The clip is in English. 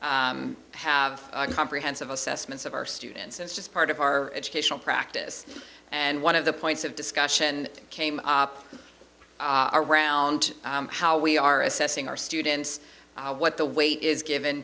we have comprehensive assessments of our students it's just part of our educational practice and one of the points of discussion came up around how we are assessing our students what the weight is given